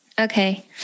Okay